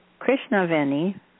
Krishnaveni